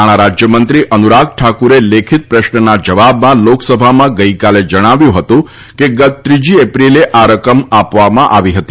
નાણાં રાજ્યમંત્રી અનુરાગ ઠાકુરે લેખિત પ્રશ્નના જવાબમાં લોકસભામાં ગઈકાલે જણાવ્યું હતું કે ગત ત્રીજી એપ્રિલે આ રકમ આપવામાં આવી હતી